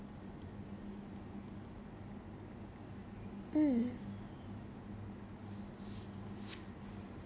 mm